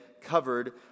covered